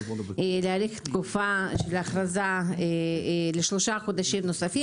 להאריך את ההכרזה לשלושה חודשים נוספים.